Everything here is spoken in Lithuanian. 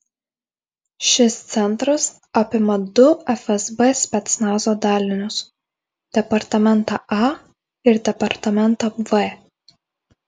šis centras apima du fsb specnazo dalinius departamentą a ir departamentą v